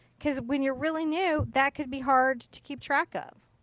because when you're really new, that can be hard to keep track of.